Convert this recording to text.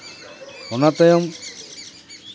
ᱚᱱᱟ ᱛᱟᱭᱚᱢ